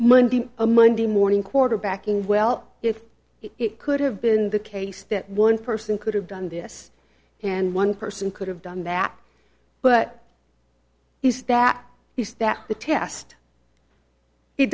monday a monday morning quarterbacking well if it could have been the case that one person could have done this and one person could have done that but that is that the test